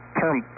term